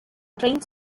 trains